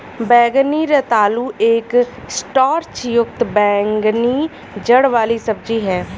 बैंगनी रतालू एक स्टार्च युक्त बैंगनी जड़ वाली सब्जी है